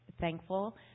thankful